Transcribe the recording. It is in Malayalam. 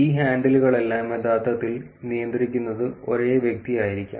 ഈ ഹാൻഡിലുകളെല്ലാം യഥാർത്ഥത്തിൽ നിയന്ത്രിക്കുന്നത് ഒരേ വ്യക്തിയായിരിക്കാം